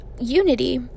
unity